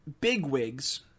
bigwigs